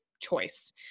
choice